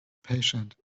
patient